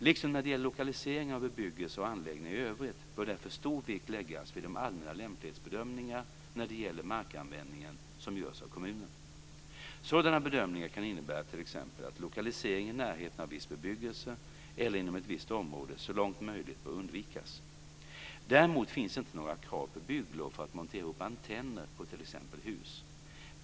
Liksom när det gäller lokalisering av bebyggelse och anläggningar i övrigt bör därvid stor vikt läggas vid de allmänna lämplighetsbedömningar när det gäller markanvändningen som görs av kommunen. Sådana bedömningar kan innebära t.ex. att lokalisering i närheten av viss bebyggelse eller inom ett visst område så långt möjligt bör undvikas. Däremot finns inte något krav på bygglov för att montera upp antenner på t.ex. hus.